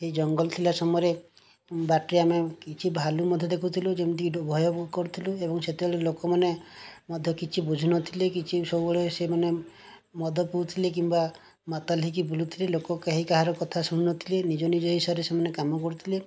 ସେଇ ଜଙ୍ଗଲ ଥିଲା ସମୟରେ ବାଟରେ ଆମେ କିଛି ଭାଲୁ ମଧ୍ୟ ଦେଖୁଥିଲୁ ଯେମିତିକି ଭୟ କରୁଥିଲୁ ଏବଂ ସେତେବେଳେ ଲୋକମାନେ ମଧ୍ୟ କିଛି ବୁଝୁ ନଥିଲେ କିଛି ସବୁବେଳେ ସେମାନେ ମଦ ପିଉଥିଲେ କିମ୍ବା ମାତାଲ୍ ହେଇକି ବୁଲୁଥିଲେ ଲୋକ କେହି କାହାର କଥା ଶୁଣୁ ନଥିଲେ ନିଜେ ନିଜ ହିସାବରେ ସେମାନେ କାମ କରୁଥିଲେ